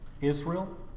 Israel